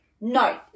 No